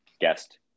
guest